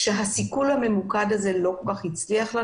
כשהסיכול הממוקד הזה לא הצליח,